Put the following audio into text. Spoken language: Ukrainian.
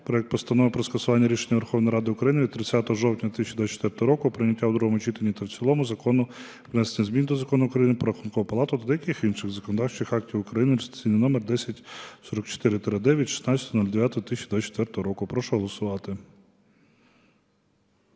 проект Постанови про скасування рішення Верховної Ради України від 30 жовтня 2024 року про прийняття у другому читанні та в цілому проекту Закону "Про внесення змін до Закону України "Про Рахункову палату" та деяких інших законодавчих актів України (реєстраційний номер 10044-д від 16.09.2024 року). Прошу голосувати.